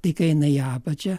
tai kai eina į apačią